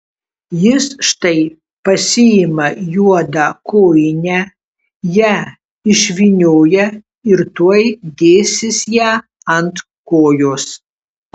jis štai pasiima juodą kojinę ją išvynioja ir tuoj dėsis ją ant kojos